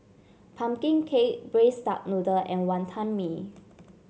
pumpkin cake Braised Duck Noodle and Wonton Mee